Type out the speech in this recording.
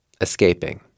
escaping